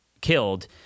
killed